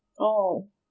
oh